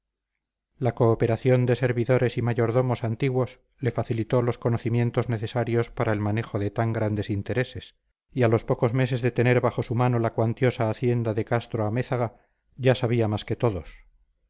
la cooperación de servidores y mayordomos antiguos le facilitó los conocimientos necesarios para el manejo de tan grandes intereses y a los pocos meses de tener bajo su mano la cuantiosa hacienda de castro-amézaga ya sabía más que todos